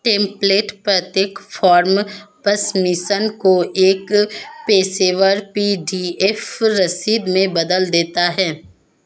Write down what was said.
template प्रत्येक form submission को एक पेशेवर पी.डी.एफ रसीद में बदल देता है